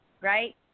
right